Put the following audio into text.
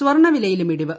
സ്വർണ വിലയിലും ഇടിവ്